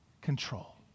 Control